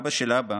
אבא של אבא,